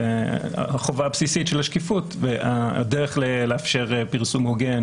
זו החובה הבסיסית של השקיפות והדרך לאפשר פרסום הוגן